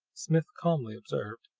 smith calmly observed,